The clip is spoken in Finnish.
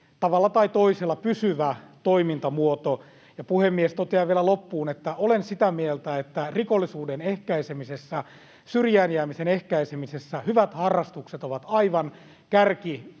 tavalla tai toisella pysyvä toimintamuoto. Ja, puhemies, totean vielä loppuun, että olen sitä mieltä, että rikollisuuden ehkäisemisessä, syrjään jäämisen ehkäisemisessä hyvät harrastukset ovat aivan kärkipäässä.